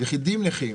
יחידים נכים,